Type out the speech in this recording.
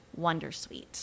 Wondersuite